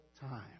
time